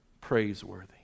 praiseworthy